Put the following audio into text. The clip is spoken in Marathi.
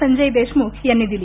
संजय देशमुख यांनी दिली